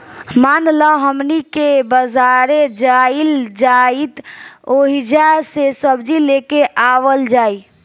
मान ल हमनी के बजारे जाइल जाइत ओहिजा से सब्जी लेके आवल जाई